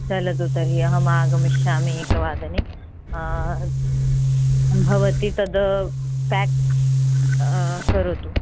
चलतु तर्हि अहमागमिष्यामि एकवादने भवती तद् पेक् करोतु